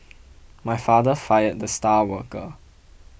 my father fired the star worker